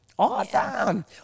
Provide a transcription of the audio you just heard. Awesome